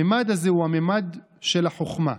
הממד הזה הוא הממד של החוכמה.